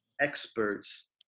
experts